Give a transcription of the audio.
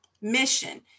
mission